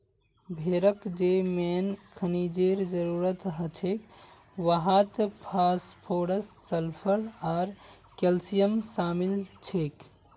भेड़क जे मेन खनिजेर जरूरत हछेक वहात फास्फोरस सल्फर आर कैल्शियम शामिल छेक